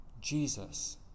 Jesus